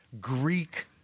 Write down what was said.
Greek